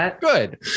good